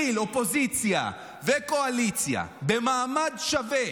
שתכיל אופוזיציה וקואליציה במעמד שווה,